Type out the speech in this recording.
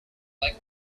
like